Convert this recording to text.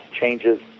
changes